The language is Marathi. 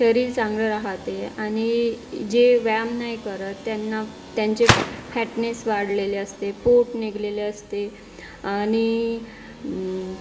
शरीर चांगलं राहते आणि जे व्यायाम नाही करत त्यांना त्यांचे फॅटनेस वाढलेले असते पोट निघालेले असते आणि